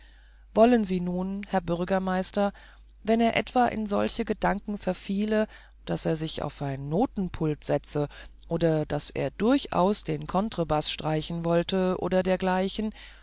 wollten sie nun herr bürgermeister wenn er etwa in solche gedanken verfiele daß er sich auf ein notenpult setzte oder daß er durchaus den contrebaß streichen wollte oder dergleichen